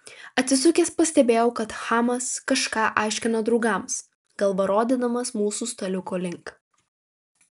atsisukęs pastebėjau kad chamas kažką aiškina draugams galva rodydamas mūsų staliuko link